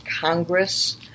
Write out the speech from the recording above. Congress